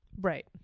Right